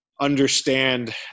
understand